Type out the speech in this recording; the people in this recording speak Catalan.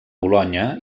bolonya